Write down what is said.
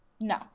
No